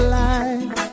life